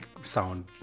sound